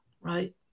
right